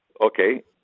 okay